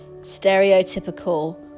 stereotypical